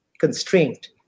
constraint